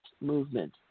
movement